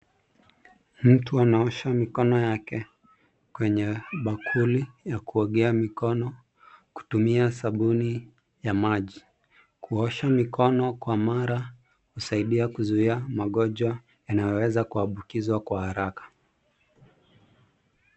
Mtu anaosha mikono yake kwenye bakuli ya kuogea mikono kutumia sabuni ya maji. Kuosha mikono kwa mara husaidia kuzuhia magonjwa yanayoweza kuambukizwa kwa haraka.